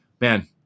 man